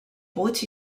puig